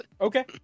Okay